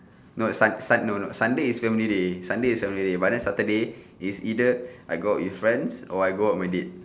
no sun sun no no sunday is family day sunday is family day but then saturday is either I go out with friends or I go out my date